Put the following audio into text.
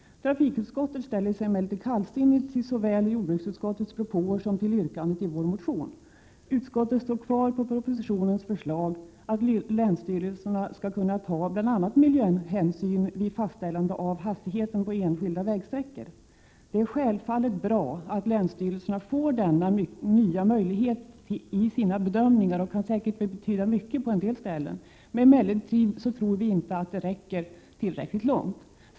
Trafikutskottet ställer sig emellertid kallsinnigt till såväl jordbruksutskottets propåer som till yrkandet i vår motion. Utskottet står fast vid propositionens förslag, att länsstyrelserna skall kunna ta bl.a. miljöhänsyn vid fastställande av hastigheten på enskilda vägsträckor. Det är självfallet bra att länsstyrelserna får denna nya möjlighet i sina bedömningar. Det kan säkert betyda mycket på en del ställen. Emellertid tror vi inte att det räcker tillräckligt långt.